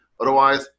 Otherwise